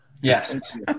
Yes